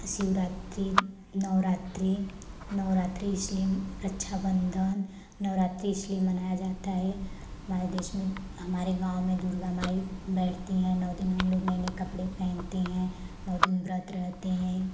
शिवरात्रि नौ रात्रि नवरात्री इसलिए रक्षाबंधन नवरात्री इसलिए मनाया जाता है हमारे देश में हमारे गाँव में दुर्गा माई बैठती हैं नौ दिन हम लोग नये नये कपड़े पहनते हैं नौ दिन व्रत रहते हैं